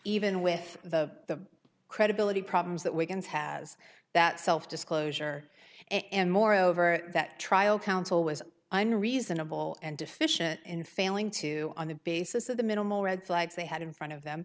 even with the credibility problems that wigan's has that self disclosure and moreover that trial counsel was a reasonable and deficient in failing to on the basis of the minimal red flags they had in front of them